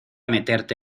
meterte